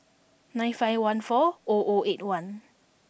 nine five one four O O eight one